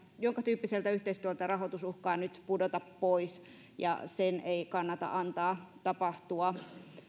jonka tyyppiseltä yhteistyöltä rahoitus uhkaa nyt pudota pois ja sen ei kannata antaa tapahtua